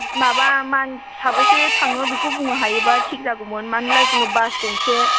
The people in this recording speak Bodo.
माबा साबेसे थाङो बेखौ बुंनो हायोबा थिग जागौमोन मानोना जोङो बास गंसे